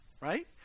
right